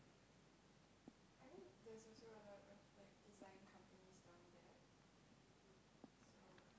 <S?